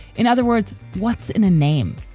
in other words, what's in a name?